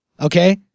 okay